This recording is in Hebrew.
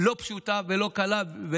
לא פשוטה ולא קלה.